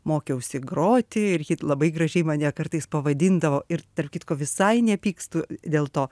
mokiausi groti ir ji labai gražiai mane kartais pavadindavo ir tarp kitko visai nepykstu dėl to